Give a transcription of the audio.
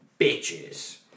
Bitches